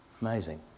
Amazing